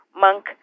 monk